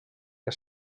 que